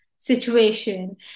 situation